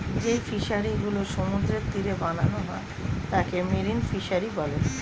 যেই ফিশারি গুলো সমুদ্রের তীরে বানানো হয় তাকে মেরিন ফিসারী বলে